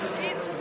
States